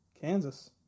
Kansas